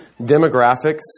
demographics